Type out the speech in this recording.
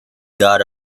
got